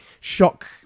shock